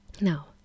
now